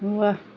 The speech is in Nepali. वाह